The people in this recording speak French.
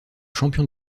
champion